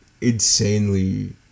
insanely